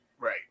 right